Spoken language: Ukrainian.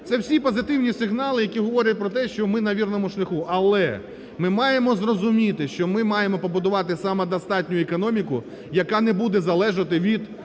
Це всі позитивні сигнали, які говорять про те, що ми на вірному шляху. Але ми маємо зрозуміти, що ми маємо побудувати самодостатню економіку, яка не буде залежати від